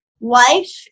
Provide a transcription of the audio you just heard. Life